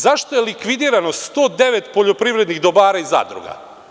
Zašto je likvidirano 109 poljoprivrednih dobara i zadruga?